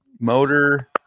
motor